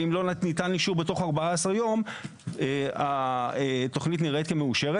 ואם לא ניתן אישור תוך 14 יום התוכנית נראית כמאושרת.